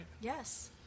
Yes